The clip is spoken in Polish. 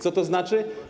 Co to znaczy?